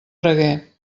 braguer